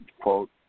quote